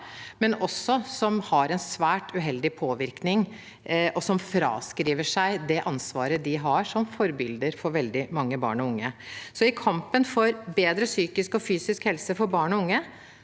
men som også har en svært uheldig påvirkning, og som fraskriver seg det ansvaret de har som forbilder for veldig mange barn og unge. I kampen for bedre psykisk og fysisk helse for barn og unge